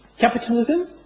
capitalism